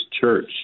church